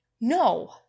No